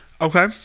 Okay